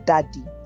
Daddy